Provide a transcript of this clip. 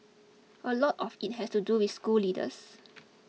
a lot of it has to do with school leaders